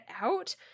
out